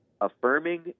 affirming